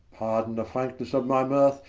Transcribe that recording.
pardon the franknesse of my mirth,